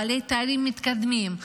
בעלי תארים מתקדמים,